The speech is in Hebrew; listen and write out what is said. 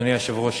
אדוני היושב-ראש,